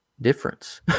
difference